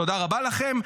תודה רבה לכם.